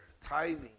tithing